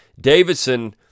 Davidson